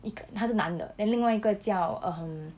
一个他是男的 then 另外一个叫 um